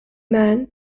man